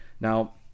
Now